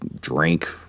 drink